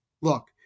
look